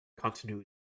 continuity